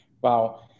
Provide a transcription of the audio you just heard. Wow